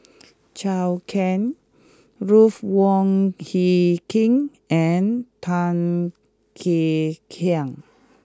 Zhou Can Ruth Wong Hie King and Tan Kek Hiang